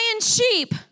sheep